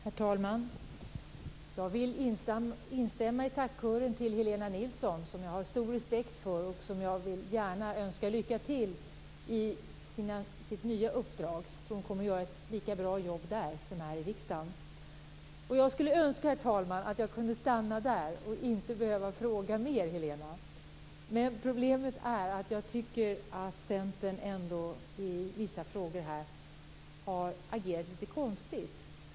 Herr talman! Jag vill instämma i tackkören till Helena Nilsson som jag har stor respekt för. Jag vill gärna önska henne lycka till i det nya uppdraget. Jag tror att hon kommer att göra ett lika bra jobb där som här i riksdagen. Herr talman! Jag skulle önska att jag kunde stanna där och inte behövde fråga mer, men problemet är att jag tycker att Centern har agerat litet konstigt i vissa frågor.